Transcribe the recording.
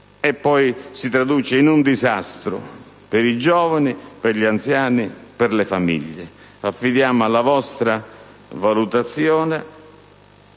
e si traduce in un disastro per i giovani, per gli anziani, per le famiglie. Affidiamo alla vostra valutazione,